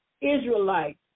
Israelites